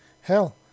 Hell